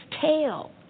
tail